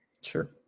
Sure